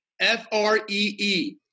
f-r-e-e